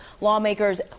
Lawmakers